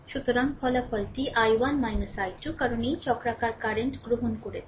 সুতরাং ফলাফলটি I1 I2 কারণ এই চক্রাকার কারেন্ট গ্রহণ করেছে